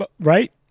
right